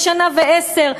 שנה ועשרה,